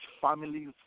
families